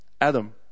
Adam